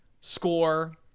score